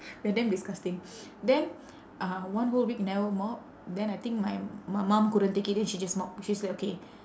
we are damn disgusting then uh one whole week never mop then I think my my mum couldn't take it then she just mop she's like okay